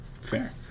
Fair